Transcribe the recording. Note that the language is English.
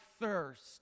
thirst